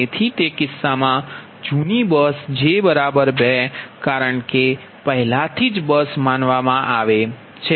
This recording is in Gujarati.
તેથી તે કિસ્સામાં જૂની બસ j 2 કારણ કે પહેલા થી જ બસ માનવામાં આવે છે